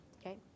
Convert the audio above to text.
Okay